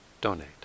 donate